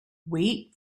wait